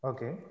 Okay